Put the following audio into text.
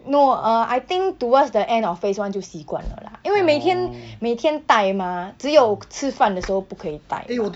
no uh I think towards the end of phase one 就习惯了啦因为每天 每天带吗只有吃饭的时候不可以带吗